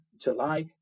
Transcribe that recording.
July